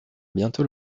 bientôt